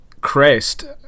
crest